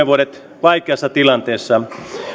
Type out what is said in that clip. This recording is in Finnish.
vuodet vaikeassa tilanteessa